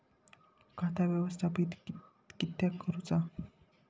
खाता व्यवस्थापित किद्यक करुचा?